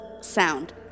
sound